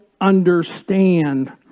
understand